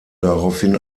daraufhin